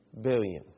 billion